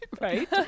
Right